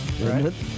right